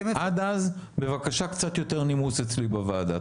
עד אז בבקשה קצת יותר נימוס אצלי בוועדה.